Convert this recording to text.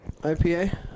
IPA